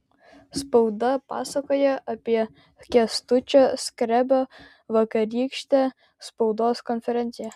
spauda pasakoja apie kęstučio skrebio vakarykštę spaudos konferenciją